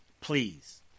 Please